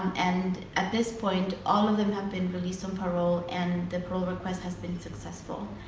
and at this point, all of them have been released on parole and the parole request has been successful.